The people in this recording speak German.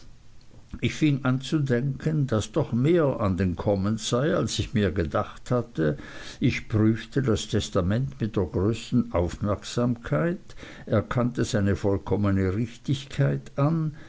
ich fing an zu denken daß doch mehr an den commons sei als ich mir gedacht hatte ich prüfte das testament mit der größten aufmerksamkeit erkannte seine vollkommene formelle richtigkeit an